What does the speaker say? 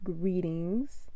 Greetings